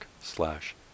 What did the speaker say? slash